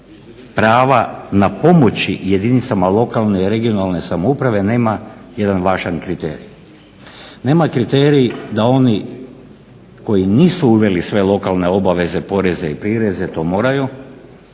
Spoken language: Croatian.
prava na pomoći jedinicama lokalne i regionalne samouprave nema jedan važan kriterij. Nema kriterij da oni koji nisu uveli sve lokalne obaveze, poreze i prireze to moraju,